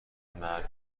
مرگ